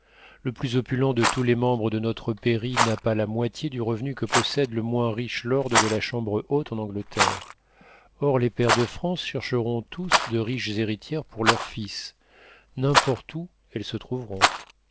le plus opulent de tous les membres de notre pairie n'a pas la moitié du revenu que possède le moins riche lord de la chambre haute en angleterre or les pairs de france chercheront tous de riches héritières pour leurs fils n'importe où elles se trouveront